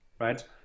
right